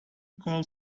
call